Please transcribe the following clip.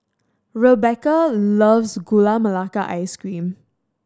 Rebekah loves Gula Melaka Ice Cream